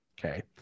Okay